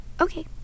Okay